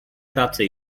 pracy